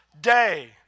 day